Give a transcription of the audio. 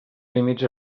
límits